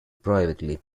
privately